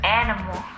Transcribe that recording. animal